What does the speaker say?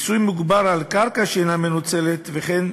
מיסוי מוגבר על קרקע שאינה מנוצלת, וכן